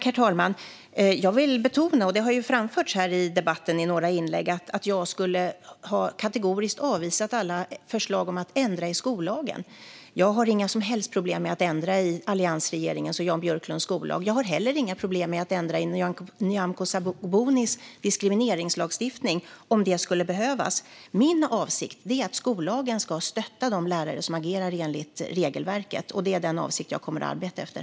Herr talman! I några av inläggen i debatten har det framförts att jag skulle ha kategoriskt avvisat alla förslag om att ändra i skollagen. Jag vill betona att jag inte har några som helst problem med att ändra i alliansregeringens och Jan Björklunds skollag. Jag har heller inga problem med att ändra i Nyamko Sabunis diskrimineringslagstiftning, om det skulle behövas. Min avsikt är att skollagen ska stötta de lärare som agerar enligt regelverket, och det är den avsikten jag kommer att arbeta efter.